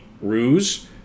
ruse